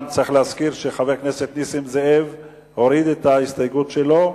צריך להזכיר שחבר הכנסת נסים זאב הוריד את ההסתייגות שלו,